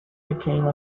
became